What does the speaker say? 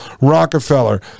rockefeller